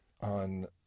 on